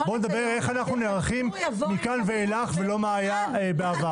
בואו נדבר איך אנחנו נערכים מכאן ואילך -- שהציבור יידע לאן הוא הולך.